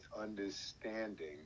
understanding